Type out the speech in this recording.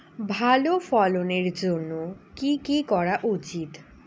ভালো ফলনের জন্য কি কি করা উচিৎ?